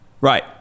Right